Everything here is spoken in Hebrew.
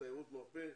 לתיירות מרפא,